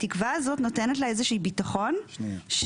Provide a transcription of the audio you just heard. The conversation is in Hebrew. התקווה הזאת נותנת לה איזה שהיא ביטחון שמהעבודה